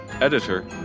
editor